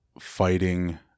fighting